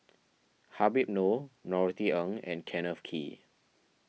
Habib Noh Norothy Ng and Kenneth Kee